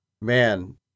man